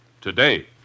today